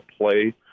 play